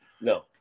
No